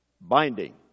binding